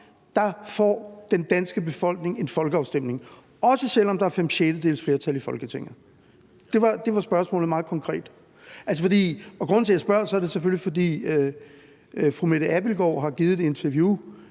får den danske befolkning en folkeafstemning – også selv om der er fem sjettedeles flertal i Folketinget. Det var spørgsmålet meget konkret. Grunden til, at jeg spørger, er selvfølgelig, at fru Mette Abildgaard har givet et interview